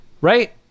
right